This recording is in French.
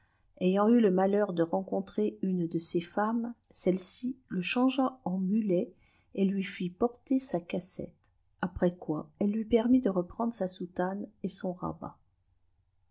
ayant kn le malheur de rencontrer upe de ces feiiittfes cèbè ci le changea en mulet ètlui fit porter îsa cassette j o'rès tiôl éste lui penftft de reprendre sa soutane et son ràfeat